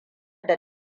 da